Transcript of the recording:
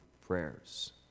prayers